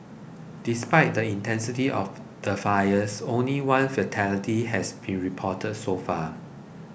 despite the intensity of the fires only one fatality has been reported so far